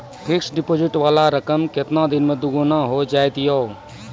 Fixed deposit वाला रकम केतना दिन मे दुगूना हो जाएत यो?